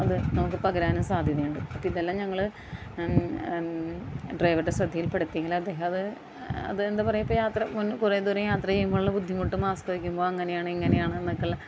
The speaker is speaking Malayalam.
അത് നമുക്ക് പകരാനും സാധ്യതയുണ്ട് അപ്പം ഇതെല്ലാം ഞങ്ങൾ ഡ്രൈവറുടെ ശ്രദ്ധയിൽ പെടുത്തിയെങ്കിലും അദ്ദേഹം അത് അത് എന്താണ് പറയുക ഇപ്പം യാത്ര കുറേ ദൂരം യാത്ര ചെയ്യുമ്പോളുള്ള ബുദ്ധിമുട്ട് മാസ്ക് വയ്ക്കുമ്പോൾ അങ്ങനെയാണ് ഇങ്ങനെയാണ് എന്നൊക്കെയുള്ള